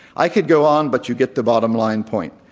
i could go on, but you get the bottom line point.